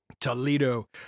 Toledo